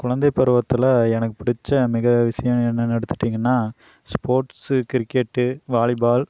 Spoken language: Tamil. குழந்தை பருவத்தில் எனக்கு பிடிச்ச மிக விஷயோம் என்னென்னு எடுத்துகிட்டீங்கன்னா ஸ்போட்ஸ் கிரிக்கெட் வாலிபால்